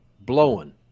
blowing